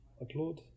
applaud